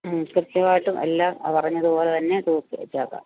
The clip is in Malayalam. കൃത്യമായിട്ട് എല്ലാം പറഞ്ഞതു പോലെ തന്നെ തൂക്കി വെച്ചേക്കാം